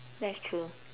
that's true